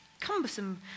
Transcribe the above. cumbersome